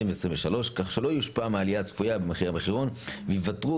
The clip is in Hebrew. כך שלא יושפעו מהעלייה הצפויה במחיר המחירון וייוותרו